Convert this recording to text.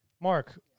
Mark